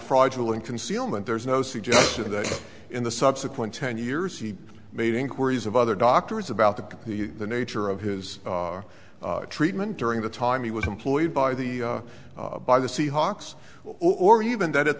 fraudulent concealment there is no suggestion of that in the subsequent ten years he made inquiries of other doctors about the the the nature his of is treatment during the time he was employed by the by the seahawks or even that at